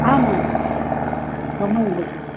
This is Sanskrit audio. आमां ममैव तर्हि